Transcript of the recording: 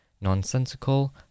nonsensical